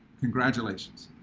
congratulations.